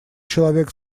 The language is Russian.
человек